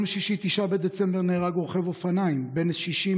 ביום שישי,